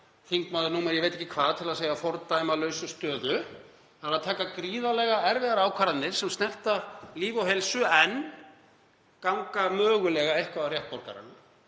þingmaður númer ég veit ekki hvað til að nota það orð — stöðu að taka gríðarlega erfiðar ákvarðanir sem snerta líf og heilsu en ganga mögulega eitthvað á rétt borgaranna.